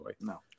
No